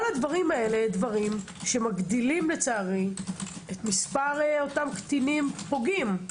כל הדברים האלה מגדילים לצערי את מספר אותם קטינים פוגעים.